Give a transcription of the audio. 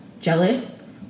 jealous